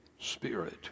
spirit